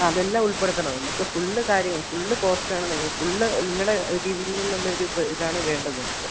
അതെല്ലാം ഉൾപ്പെടുത്തണം നമുക്ക് ഫുള് കാര്യങ്ങളും ഫുള് കോസ്റ്റാണ് നമുക്ക് ഫുള് നിങ്ങളുടെ രീതിയിൽ നിന്നുള്ളൊരു ഇതാണ് വേണ്ടത് നമുക്ക്